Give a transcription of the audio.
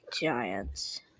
Giants